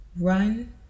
Run